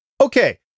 Okay